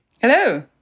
Hello